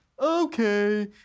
okay